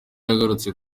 yagarutse